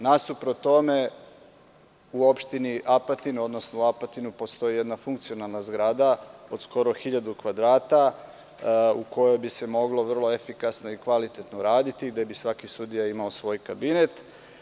Nasuprot tome u opštini Apatin, odnosno u Apatinu, postoji jedna funkcionalna grada, od skoro 1.000 kvadrata, u kojoj bi se moglo vrlo efikasno i kvalitetno raditi i gde bi svaki sudija imao svoj kabinet.